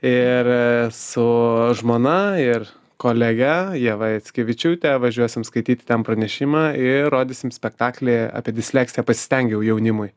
ir su žmona ir kolege ieva jackevičiūte važiuosim skaityti ten pranešimą ir rodysim spektaklį apie disleksiją pasistengiau jaunimui